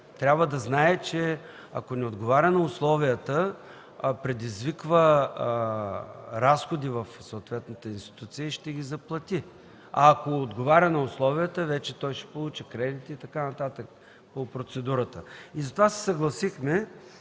трябва да знае, че ако не отговаря на условията, предизвиква разходи в съответната институция и ще ги заплати. Ако отговаря на условията, вече той ще получи кредит и така нататък по процедурата. Затова се съгласихме